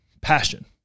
Passion